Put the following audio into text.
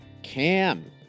Cam